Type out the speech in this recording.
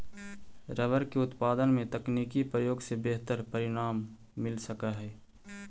rubber के उत्पादन में तकनीकी प्रयोग से बेहतर परिणाम मिल सकऽ हई